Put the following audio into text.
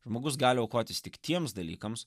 žmogus gali aukotis tik tiems dalykams